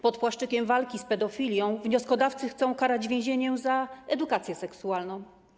Pod płaszczykiem walki z pedofilią wnioskodawcy chcą karać więzieniem za edukację seksualną.